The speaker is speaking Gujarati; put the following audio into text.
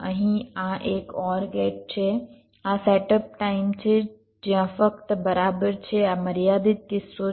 અહીં આ એક OR ગેટ છે આ સેટઅપ ટાઇમ છે જ્યાં ફક્ત બરાબર છે આ મર્યાદિત કિસ્સો છે